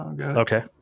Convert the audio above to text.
Okay